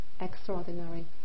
extraordinary